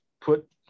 put